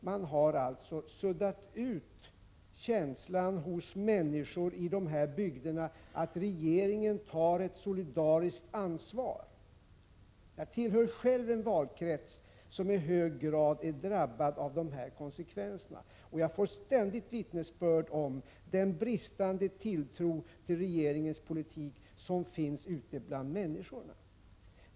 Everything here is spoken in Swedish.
Man har alltså suddat ut känslan hos människor i de här bygderna av att regeringen tar ett solidariskt ansvar. Jag tillhör själv en valkrets som i hög grad är drabbad av de här konsekvenserna. Jag får ständigt vittnesbörd om den bristande tilltro till regeringens politik som finns ute bland människorna.